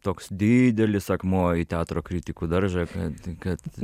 toks didelis akmuo į teatro kritikų daržą kad kad